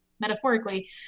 metaphorically